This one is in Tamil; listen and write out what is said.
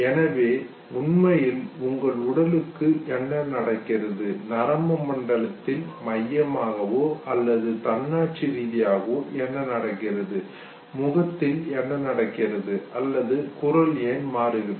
எனவே உண்மையில் உங்கள் உடலுக்கு என்ன நடக்கிறது நரம்பு மண்டலத்தில் மையமாகவோ அல்லது தன்னாட்சி ரீதியாகவோ என்ன நடக்கிறது முகத்தில் என்ன நடக்கிறது அல்லது குரல் ஏன் மாறுகிறது